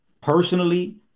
personally